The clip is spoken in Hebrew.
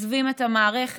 עוזבים את המערכת,